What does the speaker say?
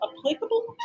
applicable